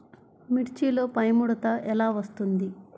మిర్చిలో పైముడత ఎలా వస్తుంది?